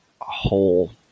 whole